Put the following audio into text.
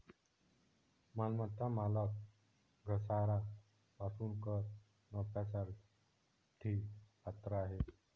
मालमत्ता मालक घसारा पासून कर नफ्यासाठी पात्र आहे